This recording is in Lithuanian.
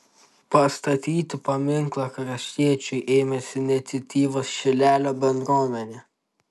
pastatyti paminklą kraštiečiui ėmėsi iniciatyvos šilelio bendruomenė